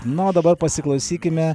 na o dabar pasiklausykime